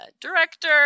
director